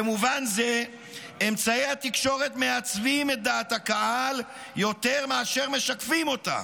במובן זה אמצעי התקשורת מעצבים את דעת הקהל יותר מאשר משקפים אותה,